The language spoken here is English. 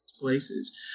places